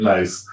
Nice